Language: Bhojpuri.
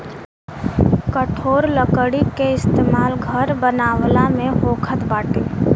कठोर लकड़ी के इस्तेमाल घर बनावला में होखत बाटे